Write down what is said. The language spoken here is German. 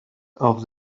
auf